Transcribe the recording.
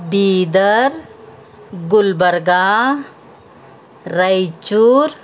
Bidar Gulbarga Raichur